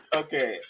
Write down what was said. okay